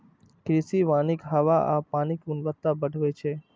कृषि वानिक हवा आ पानिक गुणवत्ता बढ़बै छै